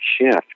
shift